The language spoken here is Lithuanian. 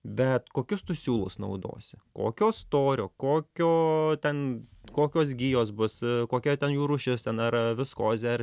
bet kokius tu siūlus naudosi kokio storio kokio ten kokios gijos bus kokia ten jų rūšis ar viskozė ar